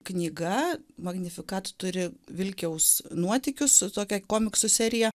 knyga magnifica turi vilkiaus nuotykius su tokia komiksų serija